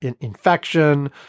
infection